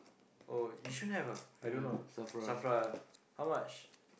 oh Yishun have ah I don't know S_A_F_R_A ah how much